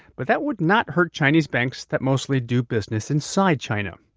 but that would not hurt chinese banks that mostly do business inside china.